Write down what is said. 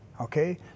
Okay